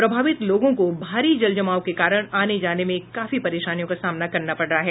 प्रभावित लोगों को भारी जल जमाव के कारण आने जाने में काफी परेशानियों का सामना करना पड़ रहा है